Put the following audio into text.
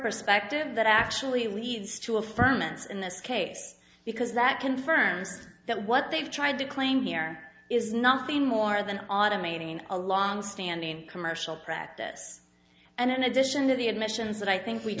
perspective that actually leads to a ferment in this case because that confirms that what they've tried to claim here is nothing more than automating a longstanding commercial practice and in addition to the admissions that i think we